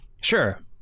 Sure